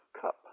Cup